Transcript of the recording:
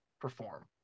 perform